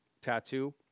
Tattoo